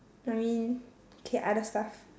I mean okay other stuff